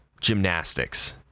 gymnastics